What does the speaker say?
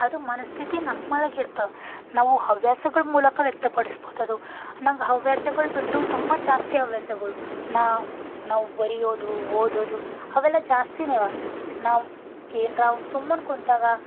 ಅದು ಮನಸ್ಥಿತಿ ನಮ್ಮೊಳಗೆ ಇರ್ತವೆ ನಾವು ಹವ್ಯಾಸಗಳ ಮೂಲಕ ವ್ಯಕ್ತಪಡಿಸ್ಬೌದು ಅದು ನಂಗೆ ಹವ್ಯಾಸಗಳು ಬಿಟ್ಟು ತುಂಬ ಜಾಸ್ತಿ ಹವ್ಯಾಸಗಳು ನಾವು ನಾವು ಬರಿಯೋದು ಓದೋದು ಅವೆಲ್ಲ ಜಾಸ್ತಿನೇ ಅವ ನಾವು ಏನ್ದ್ರಾವ ಸುಮ್ಮನೆ ಕುಂತಾಗ